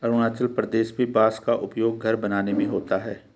अरुणाचल प्रदेश में बांस का उपयोग घर बनाने में होता है